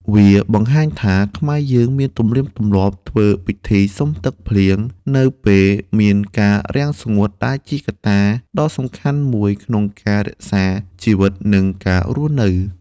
វាបង្ហាញថា ខ្មែរយើងមានទំនៀមទម្លាប់ធ្វើពិធីសុំភ្លៀងនៅពេលមានការរាំងស្ងួត ដែលជាកត្តាដ៏សំខាន់មួយក្នុងការរក្សាជីវិត និងការរស់នៅ ។